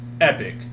Epic